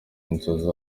inzozi